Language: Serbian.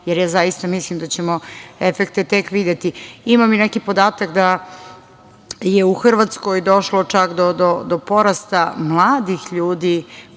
jer ja zaista mislim da ćemo efekte tek videti. Imam i neki podatak da je u Hrvatskoj došlo čak do porasta mladih ljudi